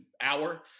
hour